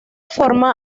forma